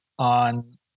on